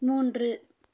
மூன்று